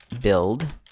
build